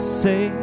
say